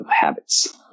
habits